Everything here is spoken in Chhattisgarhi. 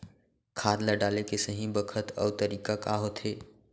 खाद ल डाले के सही बखत अऊ तरीका का होथे?